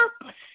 purpose